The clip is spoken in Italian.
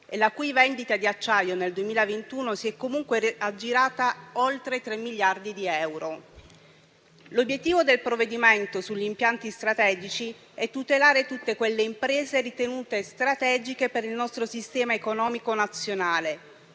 e la cui vendita di acciaio nel 2021 si è comunque attestata oltre i 3 miliardi di euro. L'obiettivo del provvedimento sugli impianti strategici è tutelare tutte quelle imprese ritenute strategiche per il nostro sistema economico nazionale,